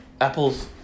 Apple's